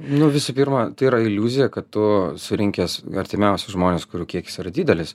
nu visų pirma tai yra iliuzija kad tu surinkęs artimiausius žmones kurių kiekis yra didelis